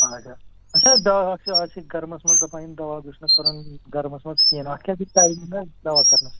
اہن حظ آ أسۍ حظ چھِ اَز چھِ گَرمَس مَنٛز دَپان یِم دَوا گَژھہِ نہٕ کَرُن گَرمَس مَنٛز کہیٖنۍ اَتھ کیٛاہ حظ یہِ ٹایمِنٛگ حظ دَوا کَرنَس